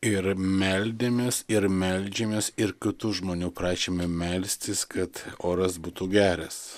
ir meldėmės ir meldžiamės ir kitų žmonių prašėme melstis kad oras būtų geras